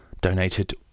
donated